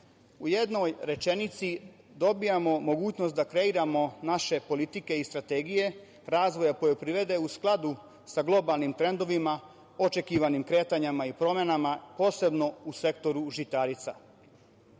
U jednoj rečenici, dobijamo mogućnost da kreiramo naše politike i strategije razvoja poljoprivrede u skladu sa globalnim trendovima, očekivanim kretanjima i promenama, posebno u sektoru žitarica. Činjenica